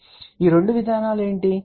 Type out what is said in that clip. కాబట్టి ఈ రెండు విధానాలు ఏమిటి